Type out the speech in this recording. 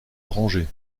orangée